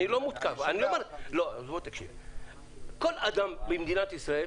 כל אדם במדינת ישראל